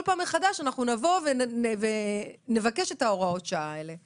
פעם מחדש אנחנו נבוא ונבקש את ההוראות שעה האלה.